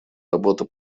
работа